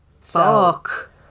Fuck